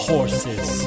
Horses